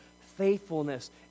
faithfulness